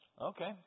Okay